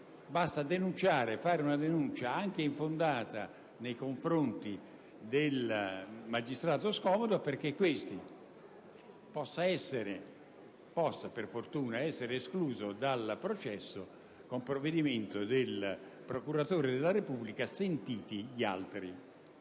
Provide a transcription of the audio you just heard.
basta fare una denuncia, anche infondata, nei confronti del magistrato scomodo perché questi possa essere escluso dal processo con un provvedimento del procuratore della Repubblica, sentito il